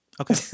Okay